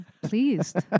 pleased